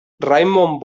raymond